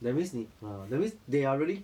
that mean 你 uh that means they are really